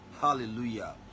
Hallelujah